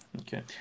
Okay